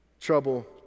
trouble